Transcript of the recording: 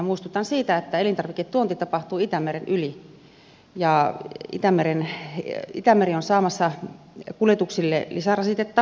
muistutan siitä että elintarviketuonti tapahtuu itämeren yli ja itämeri on saamassa kuljetuksille lisärasitetta rikkidirektiivin myötä